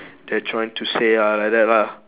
they're trying to say ah like that lah